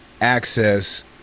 access